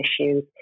issues